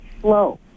slow